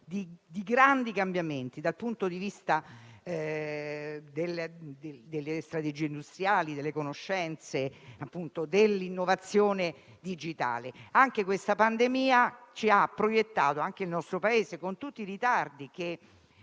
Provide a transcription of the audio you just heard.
di grandi cambiamenti dal punto di vista delle strategie industriali, delle conoscenze e dell'innovazione digitale. Questa pandemia ha fatto sì che anche il nostro Paese, con tutti i ritardi che